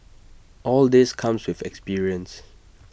all this comes with experience